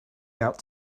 out